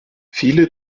viele